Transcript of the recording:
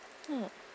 hmm